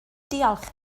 diolch